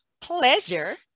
pleasure